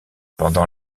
pendant